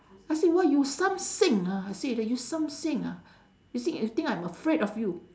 I say !wah! you samseng ah I say that you samseng ah you si~ you think I'm afraid of you